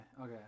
okay